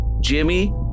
Jimmy